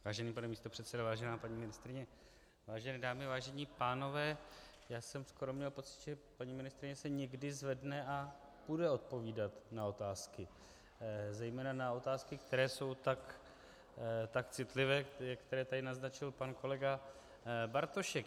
Vážený pane místopředsedo, vážené paní ministryně, vážené dámy, vážení pánové, já jsem skoro měl pocit, že paní ministryně se někdy zvedne a bude odpovídat na otázky, zejména na otázky, které jsou tak citlivé, které tady naznačil pan kolega Bartošek.